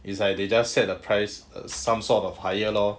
it's like they just set the price err some sort of higher lor